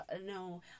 No